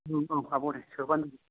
औ औ आब' दे सोबानो